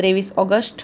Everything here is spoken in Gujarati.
ત્રેવીસ ઓગષ્ટ